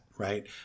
Right